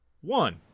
one